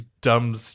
dumb